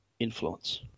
influence